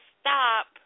stop